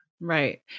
Right